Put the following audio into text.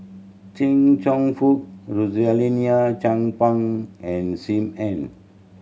Chia Cheong Fook Rosaline Chan Pang and Sim Ann